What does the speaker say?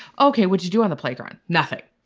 ok. would you do on the playground. nothing.